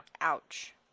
ouch